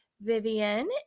Vivian